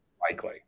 likely